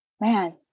man